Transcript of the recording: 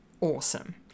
awesome